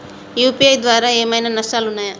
UPI ద్వారా ఏమైనా నష్టాలు ఉన్నయా?